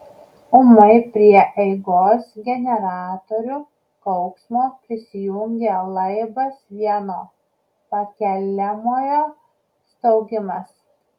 ūmai prie eigos generatorių kauksmo prisijungė laibas vieno pakeliamojo staugimas